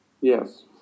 Yes